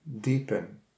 deepen